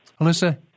Alyssa